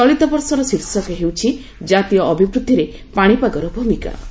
ଚଳିତବର୍ଷର ଶୀର୍ଷକ ହେଉଛି କାତୀୟ ଅଭିବୃଦ୍ଧିରେ ପାଣିପାଗର ଭୂମିକା